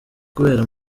kubera